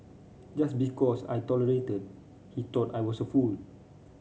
just because I tolerated he thought I was a fool